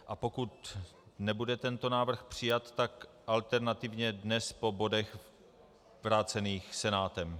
A pokud nebude tento návrh přijat, tak alternativně dnes po bodech vrácených Senátem.